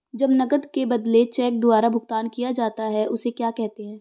जब नकद के बदले चेक द्वारा भुगतान किया जाता हैं उसे क्या कहते है?